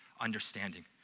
understanding